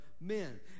men